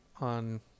on